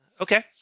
Okay